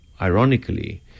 ironically